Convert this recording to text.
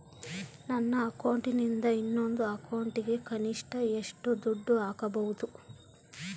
ನನ್ನ ಅಕೌಂಟಿಂದ ಇನ್ನೊಂದು ಅಕೌಂಟಿಗೆ ಕನಿಷ್ಟ ಎಷ್ಟು ದುಡ್ಡು ಹಾಕಬಹುದು?